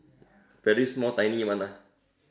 very small tiny one lah